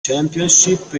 championship